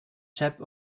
chap